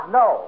no